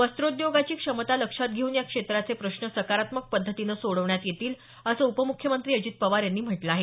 वस्त्रोद्योगाची क्षमता लक्षात घेऊन या क्षेत्राचे प्रश्न सकारात्मक पद्धतीनं सोडवण्यात येतील असं उपमुख्यमंत्री अजित पवार यांनी म्हटलं आहे